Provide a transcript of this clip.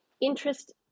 interest